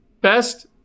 Best